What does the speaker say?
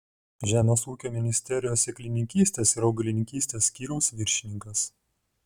žemės ūkio ministerijos sėklininkystės ir augalininkystės skyriaus viršininkas